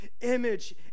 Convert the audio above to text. image